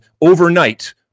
Overnight